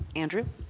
andrew?